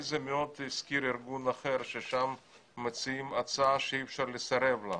זה מאוד הזכיר ארגון אחר ששם מציעים הצעה שאי אפשר לסרב לה,